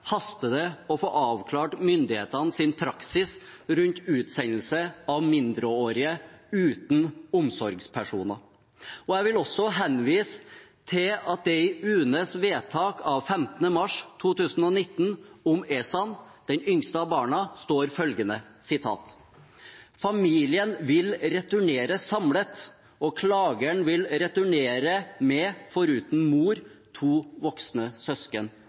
haster det med å få avklart myndighetenes praksis rundt utsendelse av mindreårige uten omsorgspersoner. Jeg vil også henvise til at det i UNEs vedtak av 15. mars 2019 om Ehsan, den yngste av barna, står følgende: Familien vil returnere samlet, og klageren vil returnere med, foruten mor, to voksne søsken.